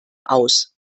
aus